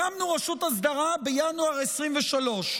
הקמנו רשות אסדרה בינואר 2023,